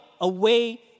away